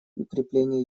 укрепления